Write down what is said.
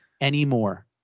anymore